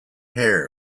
hair